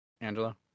Angela